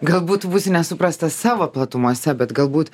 galbūt būsi nesuprastas savo platumose bet galbūt